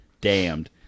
Damned